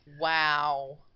Wow